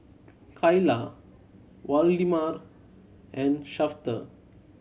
Kaila Waldemar and Shafter